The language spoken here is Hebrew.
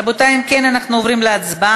רבותי, אם כן, אנחנו עוברים להצבעה.